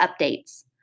updates